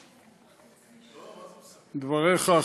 שדבריך,